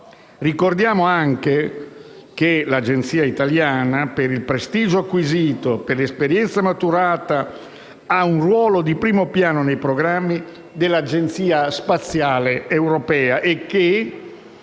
Ricordiamo anche che l'Agenzia italiana, per il prestigio acquisito e l'esperienza maturata, ha un ruolo di primo piano nei programmi dell'Agenzia spaziale europea.